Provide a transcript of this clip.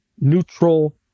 neutral